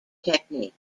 technique